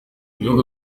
ibihugu